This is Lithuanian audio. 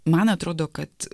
man atrodo kad